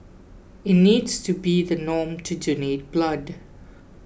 it needs to be the norm to donate blood